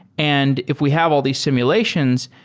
and if we have all these simulations,